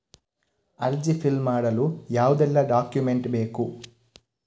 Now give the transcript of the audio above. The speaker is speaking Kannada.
ಅರ್ಜಿ ಫಿಲ್ ಮಾಡಲು ಯಾವುದೆಲ್ಲ ಡಾಕ್ಯುಮೆಂಟ್ ಬೇಕು?